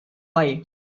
why